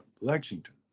lexington